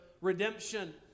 redemption